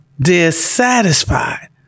dissatisfied